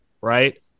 right